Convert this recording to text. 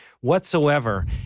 whatsoever